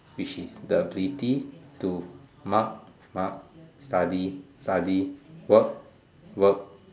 which is the ability to mug mug study study work work